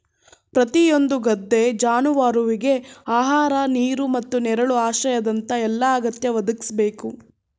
ಪ್ರತಿಯೊಂದು ಗದ್ದೆ ಜಾನುವಾರುವಿಗೆ ಆಹಾರ ನೀರು ಮತ್ತು ನೆರಳು ಆಶ್ರಯದಂತ ಎಲ್ಲಾ ಅಗತ್ಯ ಒದಗಿಸ್ಬೇಕು